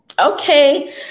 Okay